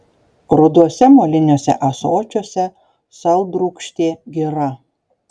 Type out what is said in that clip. ruduose moliniuose ąsočiuose saldrūgštė gira